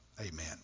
Amen